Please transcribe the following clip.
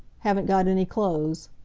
haven't got any clothes.